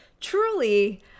truly